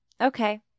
Okay